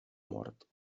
mort